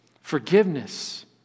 Forgiveness